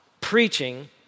preaching